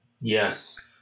yes